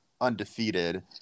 undefeated